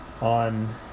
on